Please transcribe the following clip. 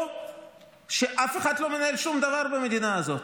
או שאף אחד לא מנהל שום דבר במדינה הזאת.